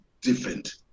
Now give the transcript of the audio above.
different